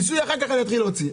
אחר כך אני אתחיל להוציא.